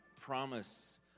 promise